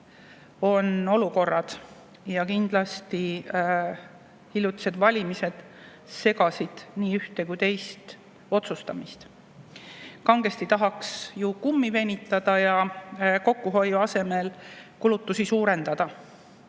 ka olukorrad. Kindlasti hiljutised valimised segasid ühte-teist otsustamast. Kangesti tahaks ju kummi venitada ja kokkuhoiu asemel kulutusi suurendada.